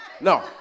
No